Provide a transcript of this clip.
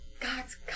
God's